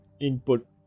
Input